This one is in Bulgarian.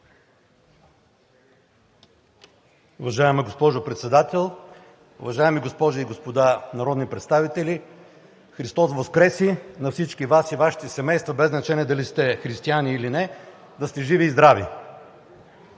Уважаема госпожо Председател, уважаеми госпожи и господа народни представители! Христос Воскресе! На всички Вас и Вашите семейства, без значение дали сте християни или не, да сте живи и здрави!